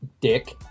dick